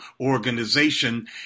organization